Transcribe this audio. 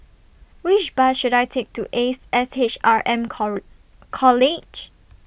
Which Bus should I Take to Ace S H R M core College